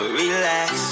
relax